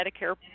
Medicare